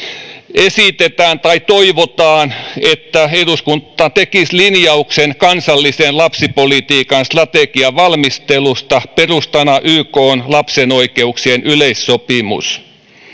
esitetään tai toivotaan että eduskunta tekisi linjauksen kansallisen lapsipolitiikan strategian valmistelusta perustana ykn lapsen oikeuksien yleissopimus